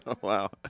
Wow